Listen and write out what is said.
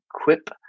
equip